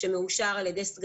אני חושב שגם זו